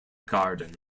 garden